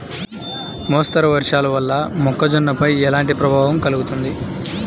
మోస్తరు వర్షాలు వల్ల మొక్కజొన్నపై ఎలాంటి ప్రభావం కలుగుతుంది?